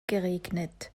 geregnet